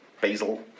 Basil